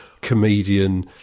comedian